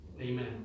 Amen